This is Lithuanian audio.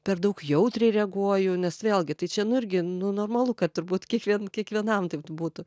per daug jautriai reaguoju nes vėlgi tai čia nu irgi nu normalu kad turbūt kiekvien kiekvienam taip būtų